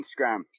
instagram